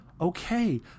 Okay